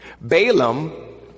Balaam